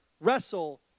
wrestle